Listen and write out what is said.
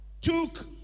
took